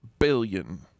Billion